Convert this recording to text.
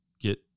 get